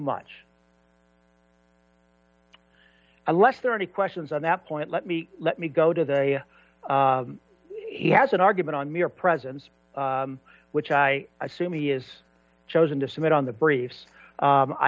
much unless there are any questions on that point let me let me go to the he has an argument on mere presence which i assume he is chosen to submit on the briefs